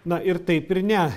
na ir taip ir ne